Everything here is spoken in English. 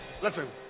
listen